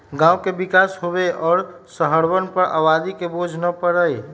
गांव के विकास होवे और शहरवन पर आबादी के बोझ न पड़ई